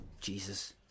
Jesus